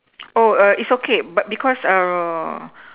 oh err it's okay because err